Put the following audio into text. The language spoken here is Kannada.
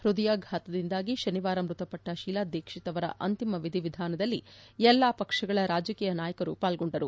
ಪೃದಯಾಘಾತದಿಂದಾಗಿ ಶನಿವಾರ ಮೃತಪಟ್ಟ ಶೀಲಾ ದೀಕ್ಷಿತ್ ಅವರ ಅಂತಿಮ ವಿಧಿವಿಧಾನದಲ್ಲಿ ಎಲ್ಲಾ ಪಕ್ಷಗಳ ರಾಜಕೀಯ ನಾಯಕರು ಪಾಲ್ಗೊಂಡರು